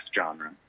genre